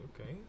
okay